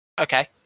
Okay